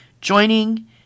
Joining